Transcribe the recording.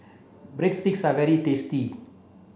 Breadsticks are very tasty